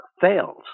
fails